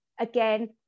again